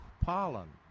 pollen